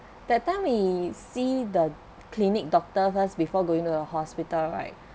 that time we see the clinic doctor first before going to the hospital right